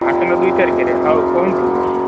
ଆସନ୍ତା ଦୁଇ ତାରିଖରେ ହଉ କୁହନ୍ତୁ